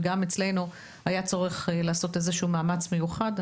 וגם אצלנו יש צורך לעשות איזשהו מאמץ מיוחד.